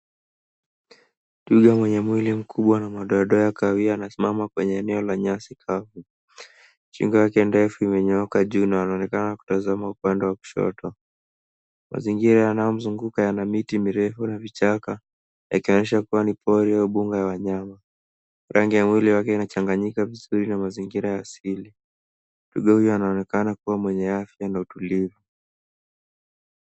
Twiga mwenye mwili mkubwa na madoa doa kahawia anasimama kwenye eneo la nyasi kavu. Shingo yake ndefu imenyooka juu na anaonekana kutazama upande wa kushoto. Mazingira yanayomzunguka yana miti mirefu na vichaka, yakionyesha kuwa ni pori au bunda la wanyama. Rangi ya mwili wake inachanganyika vizuri na mazingira ya asili. Twiga huyu anaonekana kuwa mwenye afya na utulivu.